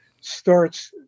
starts